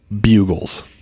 Bugles